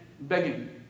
begging